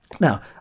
Now